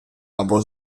або